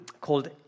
called